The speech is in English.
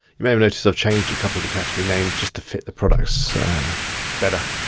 you may have noticed i've changed a couple of the category names just to fit the products better.